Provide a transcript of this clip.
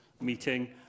meeting